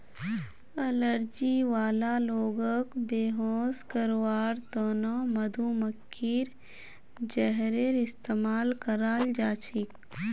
allergy वाला लोगक बेहोश करवार त न मधुमक्खीर जहरेर इस्तमाल कराल जा छेक